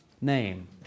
name